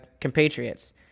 compatriots